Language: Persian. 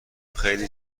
خیلی